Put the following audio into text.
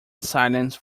silence